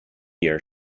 year